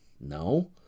No